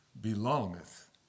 belongeth